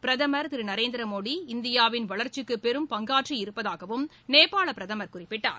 பிரதமர் திரு நரேந்திர மோடி இந்தியாவின் வளர்ச்சிக்கு பெரும் பங்காற்றியிருப்பதாகவும் நேபாள பிரதமர் குறிப்பிட்டார்